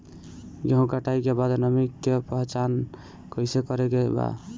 गेहूं कटाई के बाद नमी के पहचान कैसे करेके बा?